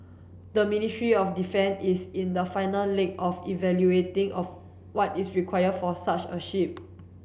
the Ministry of Defence is in the final leg of evaluating of what is required for such a ship